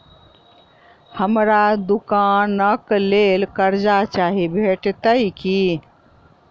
हमरा दुकानक लेल कर्जा चाहि भेटइत की?